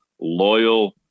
loyal